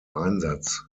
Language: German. einsatz